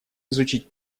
изучить